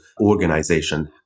organization